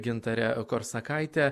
gintare korsakaite